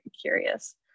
curious